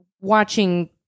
watching-